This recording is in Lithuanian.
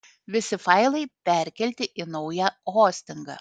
visi failai perkelti į naują hostingą